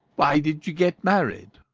why did you get married?